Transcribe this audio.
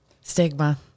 Stigma